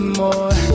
more